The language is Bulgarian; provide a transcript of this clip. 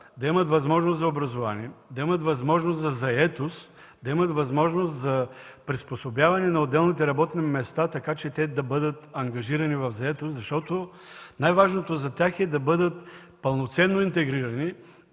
да имат възможност за образование, да имат възможност за заетост, да имат възможност за приспособяване на отделните работни места така, че те да бъдат ангажирани в заетост, защото най-важното за тях е да бъдат пълноценно интегрирани,